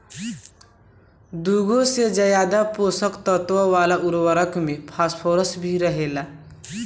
दुगो से ज्यादा पोषक तत्व वाला उर्वरक में फॉस्फोरस भी रहेला